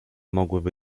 mogłyby